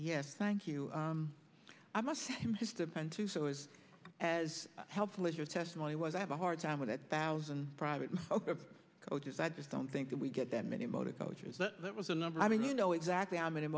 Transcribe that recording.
yes thank you i must depend to so is as helpful as your testimony was i have a hard time with that thousand private coaches i just don't think that we get that many motor coaches but that was a number i mean you know exactly how many